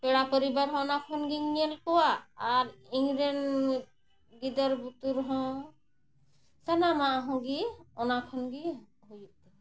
ᱯᱮᱲᱟ ᱯᱚᱨᱤᱵᱟᱨ ᱦᱚᱸ ᱚᱱᱟ ᱠᱷᱚᱱ ᱜᱮᱧ ᱧᱮᱞ ᱠᱚᱣᱟ ᱟᱨ ᱤᱧ ᱨᱮᱱ ᱜᱤᱫᱟᱹᱨ ᱵᱩᱛᱩᱨ ᱦᱚᱸ ᱥᱟᱱᱟᱢᱟᱜ ᱦᱚᱸᱜᱮ ᱚᱱᱟ ᱠᱷᱚᱱ ᱜᱮ ᱦᱩᱭᱩᱜ ᱛᱤᱧᱟᱹ